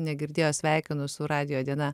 negirdėjo sveikinu su radijo diena